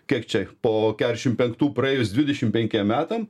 kiek čia po keturiasdešimt penktų praėjus dvidešimt penkiem metam